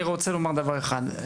אני רוצה לומר דבר אחד,